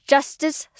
Justice